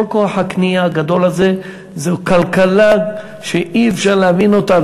כל כוח הקנייה הגדול הזה זו כלכלה שאי-אפשר להבין אותה,